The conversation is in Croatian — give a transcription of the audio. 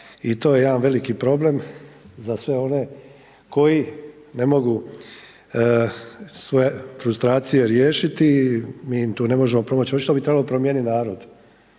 i to je jedan veliki problem za sve one koji ne mogu svoje frustracije riješiti. Mi im tu ne možemo pomoći. Očito bi trebalo promijeniti narod.